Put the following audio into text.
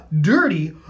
dirty